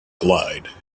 glide